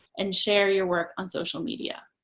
and share your work on social media.